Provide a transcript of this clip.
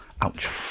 Ouch